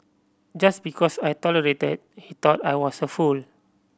just because I tolerated he thought I was a fool